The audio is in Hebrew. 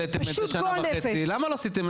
למה לא העליתם את זה שנה וחצי, למה לא עשיתם,